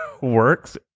works